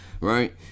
right